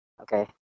Okay